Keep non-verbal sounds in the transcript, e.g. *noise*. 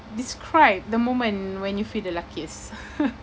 describe the moment when you feel the luckiest *noise*